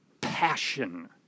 passion